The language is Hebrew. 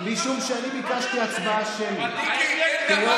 משום שאני ביקשתי הצבעה שמית, כיו"ר